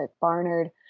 Barnard